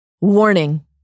Warning